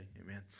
Amen